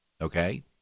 Okay